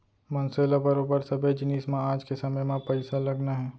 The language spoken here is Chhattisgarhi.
मनसे ल बरोबर सबे जिनिस म आज के समे म पइसा लगने हे